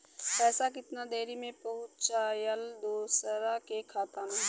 पैसा कितना देरी मे पहुंचयला दोसरा के खाता मे?